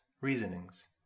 reasonings